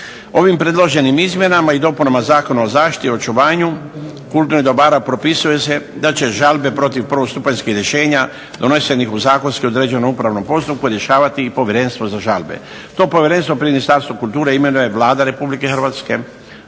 Ovim predloženim izmjenama i dopunama Zakona o zaštiti i očuvanju kulturnih dobara propisuje se da će žalbe protiv prvostupanjskih rješenja donesenih u zakonski određenom upravnom postupku rješavati i povjerenstvo za žalbe. To povjerenstvo pri Ministarstvu kulture imenuje Vlada Republike Hrvatske